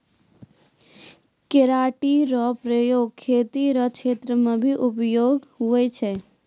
keratin रो प्रयोग खेती रो क्षेत्र मे भी उपयोग हुवै छै